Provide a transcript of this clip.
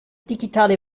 digitale